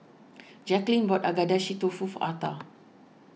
Jacquelynn bought Agedashi Dofu for Arta